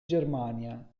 germania